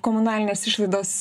komunalinės išlaidos